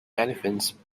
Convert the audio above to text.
elephants